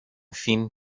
fin